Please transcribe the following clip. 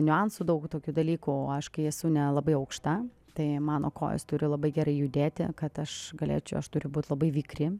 niuansų daug tokių dalykų aš kai esu nelabai aukšta tai mano kojos turi labai gerai judėti kad aš galėčiau aš turiu būt labai vikri